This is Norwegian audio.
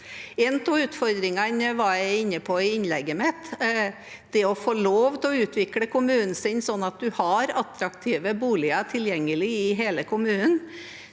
En av utfordringene var jeg inne på i innlegget mitt, nemlig det å få lov til å utvikle kommunen sin slik at en har attraktive boliger tilgjengelig i hele kommunen,